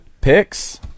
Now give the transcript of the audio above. picks